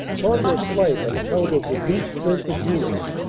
progress slight on account of reduced strength of units.